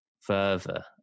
further